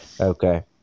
Okay